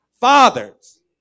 Fathers